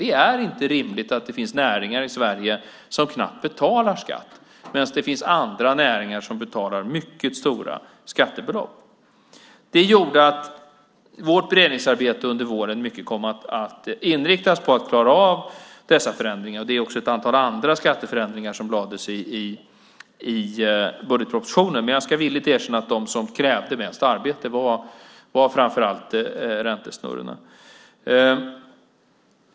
Det är inte rimligt att det finns näringar i Sverige som knappt betalar skatt medan det finns andra näringar som betalar mycket stora skattebelopp. Detta gjorde att vårt beredningsarbete under våren mycket kom att inriktas på att klara av dessa förändringar. Det är också ett antal andra skatteförändringar som lades fram i budgetpropositionen. Men jag ska villigt erkänna att det som krävde mest arbete framför allt var räntesnurrorna.